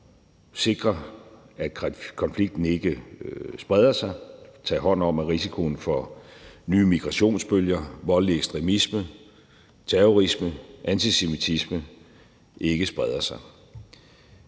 sikre, at konflikten ikke spreder sig, og tage hånd om, at risikoen for migrationsbølger, voldelig ekstremisme, terrorisme og antisemitisme ikke spreder sig.